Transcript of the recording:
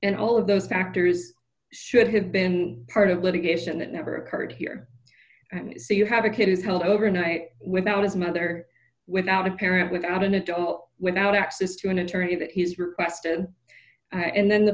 and all of those factors should have been part of litigation that never occurred here and so you have a kid who's held overnight without his mother without a parent without an adult without access to an attorney that he's requested and then the